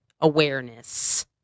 awareness